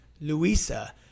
Louisa